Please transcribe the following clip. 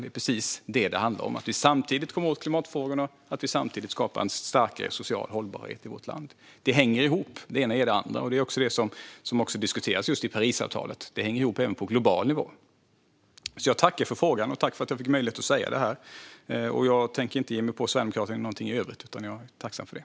Det är precis det detta handlar om: att komma framåt i klimatfrågorna och samtidigt skapa starkare social hållbarhet i vårt land. Det hänger ihop - det ena ger det andra. Det diskuteras också i Parisavtalet. Det hänger ihop även på global nivå. Jag tackar för frågan och för att jag fick möjlighet att säga detta. Jag tänker inte ge mig på Sverigedemokraterna i övrigt, utan jag är tacksam för det.